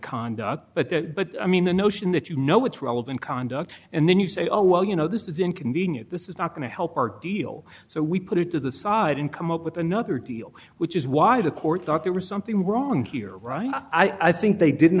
conduct but the but i mean the notion that you know it's relevant conduct and then you say oh well you know this is inconvenient this is not going to help our deal so we put it to the side and come up with another deal which is why the court thought there was something wrong here i think they didn't